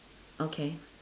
okay